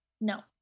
no